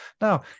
Now